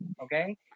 Okay